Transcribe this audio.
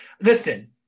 Listen